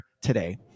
today